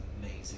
amazing